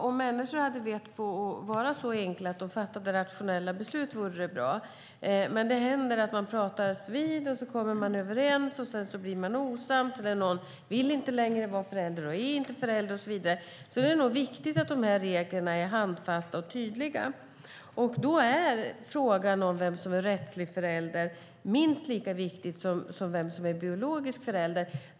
Om människor hade vett att vara så enkla att de fattade rationella beslut vore det bra, men det händer att människor talas vid och kommer överens men blir osams och att någon inte vill vara förälder längre och inte är förälder och så vidare. Därför är det viktigt att reglerna är handfasta och tydliga. Då är frågan om vem som är rättslig förälder minst lika viktig som vem som är biologisk förälder.